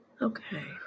Okay